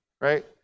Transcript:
right